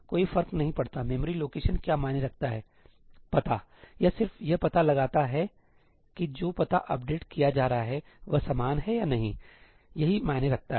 कोई फर्क नहीं पड़ता मेमोरी लोकेशन क्या मायने रखता है पता यह सिर्फ यह पता लगाता है कि जो पता अपडेट किया जा रहा है वह समान है या नहीं यही मायने रखता है